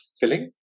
filling